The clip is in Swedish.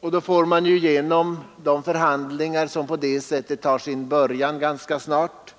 Därigenom får man i de förhandlingar som ganska snart börjar